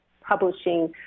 Publishing